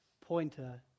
pointer